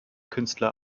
künstler